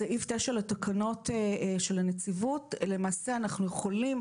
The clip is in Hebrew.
לפי סעיף 9 לתקנות של הנציבות למעשה אנחנו יכולים,